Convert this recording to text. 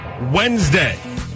Wednesday